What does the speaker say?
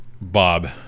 Bob